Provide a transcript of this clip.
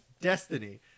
Destiny